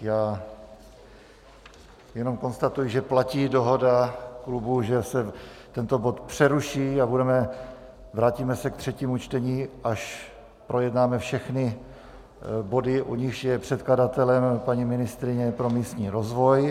Já jenom konstatuji, že platí dohoda klubů, že se tento bod přeruší a vrátíme se k třetímu čtení, až projednáme všechny body, u nichž je předkladatelem paní ministryně pro místní rozvoj.